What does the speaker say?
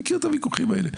מכיר את הוויכוחים האלה.